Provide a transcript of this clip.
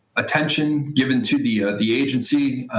attention given to the the agency.